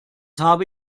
habe